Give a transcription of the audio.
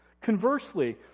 Conversely